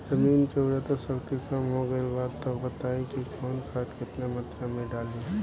जमीन के उर्वारा शक्ति कम हो गेल बा तऽ बताईं कि कवन खाद केतना मत्रा में डालि?